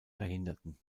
verhinderten